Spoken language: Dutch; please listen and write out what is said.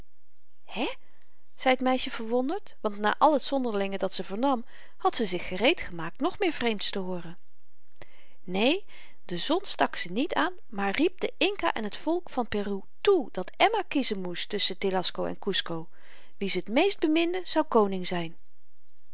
hé zei t meisje verwonderd want na al t zonderlinge dat ze vernam had ze zich gereed gemaakt nog meer vreemds te hooren neen de zon stak ze niet aan maar riep den inca en t volk van peru toe dat emma kiezen moest tusschen telasco en kusco wie ze t meest beminde zou koning zyn